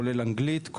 כולל: אנגלית,